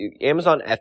Amazon